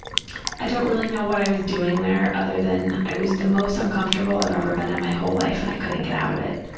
i don't really know what i was doing there other than i was the most uncomfortable i've ever been in my whole life and i couldn't get out of it.